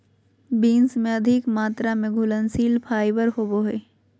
beans में अधिक मात्रा में घुलनशील फाइबर होवो हइ